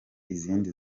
izindi